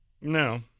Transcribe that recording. no